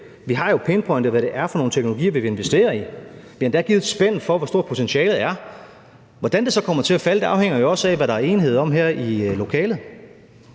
Vi har jo pinpointet, hvad det er for nogle teknologier, vi vil investere i. Vi har endda givet et spænd for, hvor stort potentialet er. Hvordan det så kommer til at falde ud, afhænger jo også af, hvad der er enighed om her i lokalet.